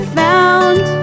found